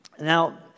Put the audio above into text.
Now